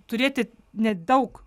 turėti nedaug